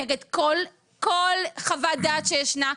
נגד כל חוות דעת שישנה.